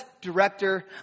director